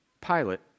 pilot